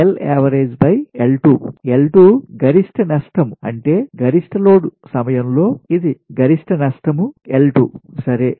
L 2 గరిష్ట నష్టం అంటే గరిష్ట లోడ్ సమయంలో ఇది గరిష్ట నష్టం L 2 సరే